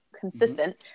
consistent